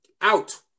out